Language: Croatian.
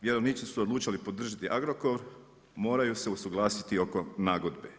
Vjerovnici su odlučili podržati Agrokor, moraju se usuglasiti oko nagodbe.